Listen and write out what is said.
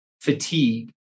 fatigue